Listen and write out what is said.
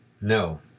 No